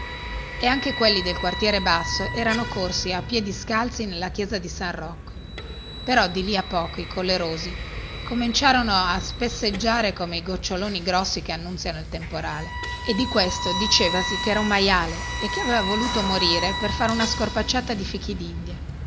e anche quelli del quartiere basso erano corsi a piedi scalzi nella chiesa di san rocco però di lì a poco i morti cominciarono a spesseggiare come i goccioloni grossi che annunziano il temporale e di questo dicevasi chera un maiale e aveva voluto morire per fare una scorpacciata di